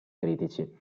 critici